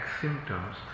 symptoms